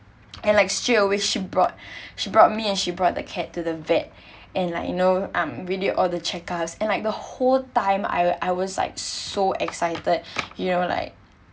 and like straight away she brought she brought me and she brought the cat to the vet and like you know um we did all the check up and like the whole time I was like so excited you know like